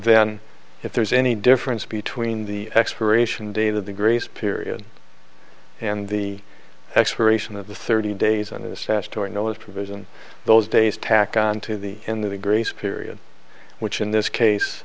then if there's any difference between the expiration date of the grace period and the expiration of the thirty days and the statutory notice provision those days tack on to the in the grace period which in this case